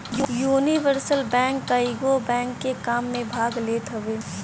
universal bank कईगो bank के काम में भाग लेत हवे